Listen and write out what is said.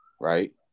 right